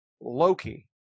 Loki